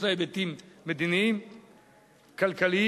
יש לה היבטים מדיניים, כלכליים,